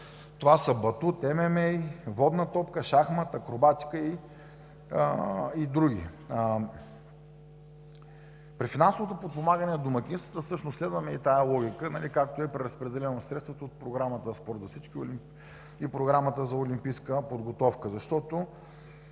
Това са батут, ММА, водна топка, шахмат, акробатика и други. При финансовото подпомагане на домакинствата всъщност следваме и тази логика, както е при разпределение на средствата от Програмата „Спорт за всички“ и Програмата за олимпийска подготовка.